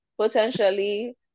potentially